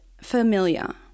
familiar